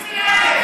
איזה נגד?